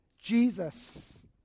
Jesus